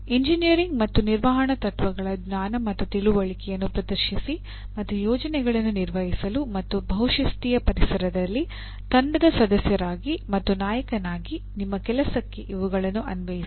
engineering ಮತ್ತು ನಿರ್ವಹಣಾ ತತ್ವಗಳ ಜ್ಞಾನ ಮತ್ತು ತಿಳುವಳಿಕೆಯನ್ನು ಪ್ರದರ್ಶಿಸಿ ಮತ್ತು ಯೋಜನೆಗಳನ್ನು ನಿರ್ವಹಿಸಲು ಮತ್ತು ಬಹುಶಿಸ್ತೀಯ ಪರಿಸರದಲ್ಲಿ ತಂಡದ ಸದಸ್ಯರಾಗಿ ಮತ್ತು ನಾಯಕನಾಗಿ ನಿಮ್ಮ ಕೆಲಸಕ್ಕೆ ಇವುಗಳನ್ನು ಅನ್ವಯಿಸಿ